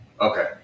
Okay